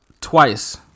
Twice